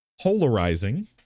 polarizing